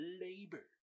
labor